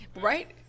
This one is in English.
right